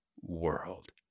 world